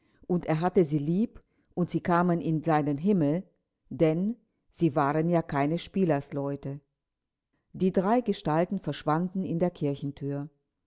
und er hatte sie lieb und sie kamen in seinen himmel denn sie waren ja keine spielersleute die drei gestalten verschwanden in der kirchenthür